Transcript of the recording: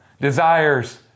desires